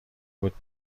بود